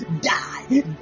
Die